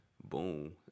Boom